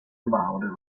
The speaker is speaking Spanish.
embajadores